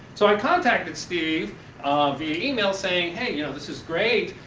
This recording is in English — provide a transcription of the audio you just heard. so i contacted steve via email saying hey, you know, this is great,